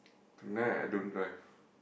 tonight I don't drive